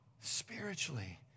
spiritually